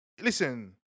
listen